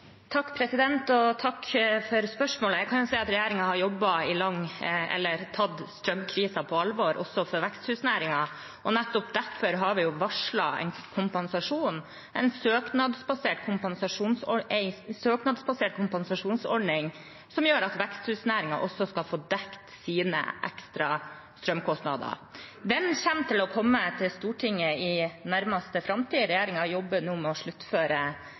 spørsmålet. Jeg kan si at regjeringen har tatt strømkrisen på alvor, også når det gjelder veksthusnæringen. Nettopp derfor har vi varslet en søknadsbasert kompensasjonsordning, som gjør at veksthusnæringen også skal få dekt sine ekstra strømkostnader. Den vil komme til Stortinget i nærmeste framtid. Regjeringen jobber nå med å sluttføre